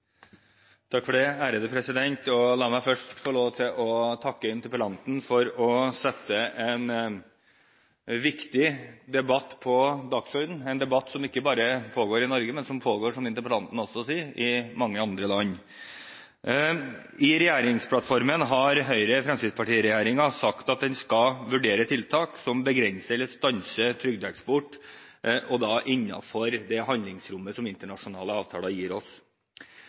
La meg først få lov til å takke interpellanten for å sette en viktig debatt på dagsordenen, en debatt som ikke bare pågår i Norge, men som også pågår – som interpellanten sier – i mange andre land. I regjeringsplattformen har Høyre–Fremskrittsparti-regjeringen sagt at den skal vurdere tiltak som begrenser eller stanser trygdeeksport innenfor det handlingsrommet som internasjonale avtaler gir oss.